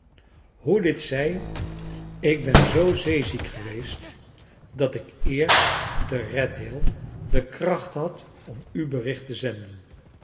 hoe dit zij ik ben zoo zeeziek geweest dat ik eerst te red hill de kracht had om u bericht te zenden